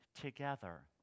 together